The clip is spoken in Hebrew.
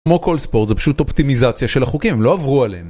כמו כל ספורט, זה פשוט אופטימיזציה של החוקים, הם לא עברו עליהם.